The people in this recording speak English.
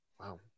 Wow